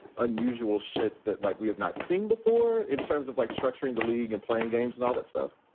unusual shit that like we have not seen before in terms of like structuring the league and playing games and all that stuff,